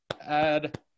Add